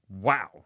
Wow